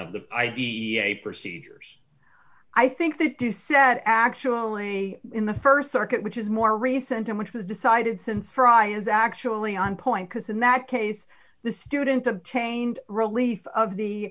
of the i d e a procedures i think they do said actually in the st circuit which is more recent and which was decided since friday is actually on point because in that case the student obtained relief of the